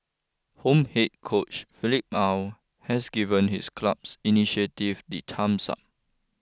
home head coach Philippe Aw has given his club's initiative the thumbs up